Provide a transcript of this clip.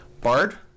Bard